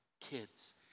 kids